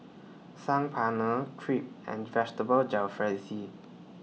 Saag Paneer Crepe and Vegetable Jalfrezi